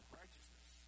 righteousness